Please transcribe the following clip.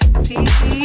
see